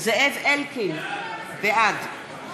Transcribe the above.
זאב אלקין, בעד